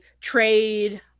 trade